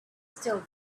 still